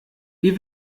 wie